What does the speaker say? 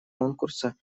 конкурса